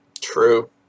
True